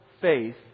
faith